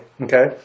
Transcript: okay